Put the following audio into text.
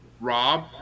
Rob